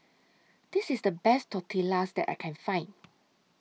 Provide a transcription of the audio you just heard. This IS The Best Tortillas that I Can Find